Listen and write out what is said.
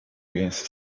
against